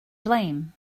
blame